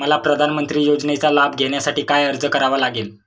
मला प्रधानमंत्री योजनेचा लाभ घेण्यासाठी काय अर्ज करावा लागेल?